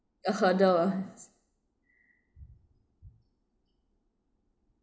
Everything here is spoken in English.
!duh!